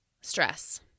stress